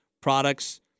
products